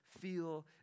feel